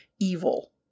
evil